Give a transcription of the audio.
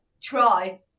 Try